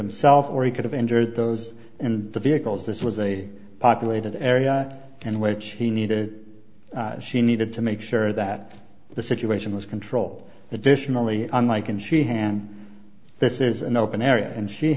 himself or he could have injured those in the vehicles this was a populated area in which he needed she needed to make sure that the situation was controlled additionally unlike in she hand this is an open area and she